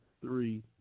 three